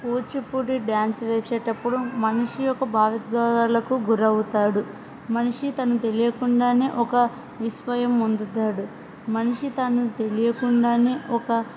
Kuchipudi dance వేసేటప్పుడు మనిషి యొక్క భావోద్వేగాలకు గురవుతాడు మనిషి తను తెలియకుండానే ఒక విశ్వమయం పొందుతాడు మనిషి తను తెలియకుండానే ఒక